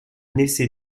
laissé